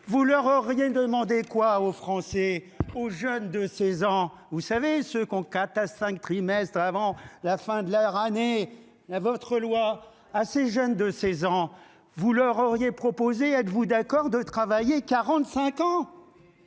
Vous leur rien demander quoi aux Français, aux jeunes de 16 ans, vous savez ce qu'ont quatre à cinq trimestres avant la fin de la ramener à votre loi à ces jeunes de 16 ans. Vous leur auriez proposé, êtes-vous d'accord de travailler 45 ans.